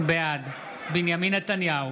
בעד בנימין נתניהו,